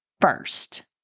first